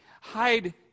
Hide